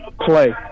play